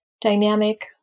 dynamic